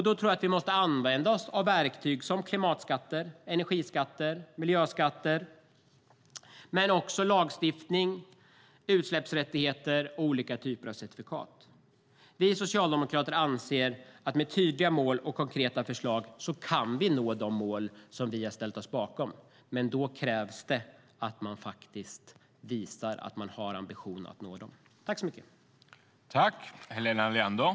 Då tror jag att vi måste använda oss av verktyg som klimatskatter, energiskatter och miljöskatter men också lagstiftning, utsläppsrättigheter och olika typer av certifikat. Vi socialdemokrater anser att med tydliga mål och konkreta förslag kan vi nå de mål som vi har ställt oss bakom, men då krävs det att man visar att man har ambitionen att nå dem.